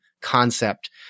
concept